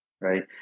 right